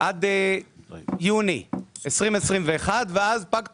עד יוני 2021, ואז פג תוקפה.